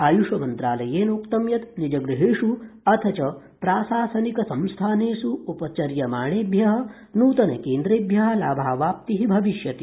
आयुष मन्त्रालयेनोक्तं यत् निजगृहेषु अथ च प्राशासनिक संस्थानेष् उपचर्यमाणेभ्यः नूतनकेन्द्रेभ्यः लाभावाप्तिः भविष्यति